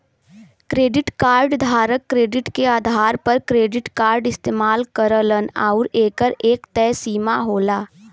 credit card धारक credit के आधार पर क्रेडिट कार्ड इस्तेमाल करलन आउर एकर एक तय सीमा होला